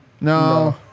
no